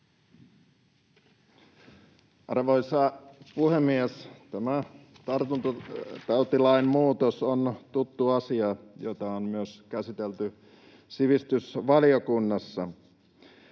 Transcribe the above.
Arvoisa puhemies! Tämä tartuntatautilain muutos on tuttu asia, jota on myös käsitelty sivistysvaliokunnassa.